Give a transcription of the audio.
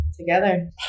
Together